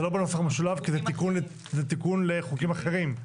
זה לא בנוסח המשולב כי זה תיקון לחוקים אחרים.